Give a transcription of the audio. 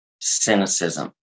cynicism